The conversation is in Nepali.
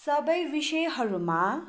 सबै विषयहरूमा